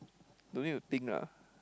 don't need to think lah